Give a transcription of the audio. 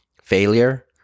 failure